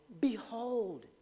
Behold